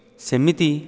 ସେମିତି